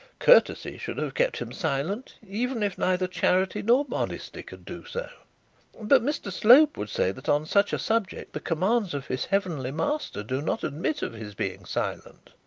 courtesy should have kept him silent, even if neither charity nor modesty could do so but mr slope would say that on such a subject the commands of his heavenly master do not admit of his being silent